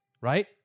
right